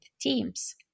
Teams